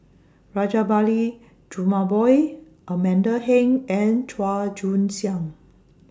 Rajabali Jumabhoy Amanda Heng and Chua Joon Siang